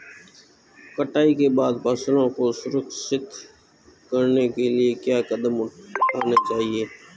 कटाई के बाद फसलों को संरक्षित करने के लिए क्या कदम उठाने चाहिए?